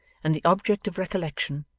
and the object of recollection,